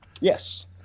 yes